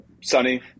Sunny